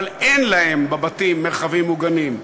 אבל אין להם בבתים מרחבים מוגנים.